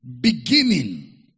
Beginning